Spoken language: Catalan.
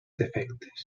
defectes